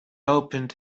opened